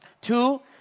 Two